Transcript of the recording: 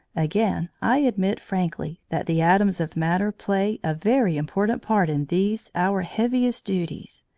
again i admit frankly that the atoms of matter play a very important part in these our heaviest duties,